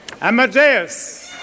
Amadeus